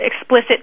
explicit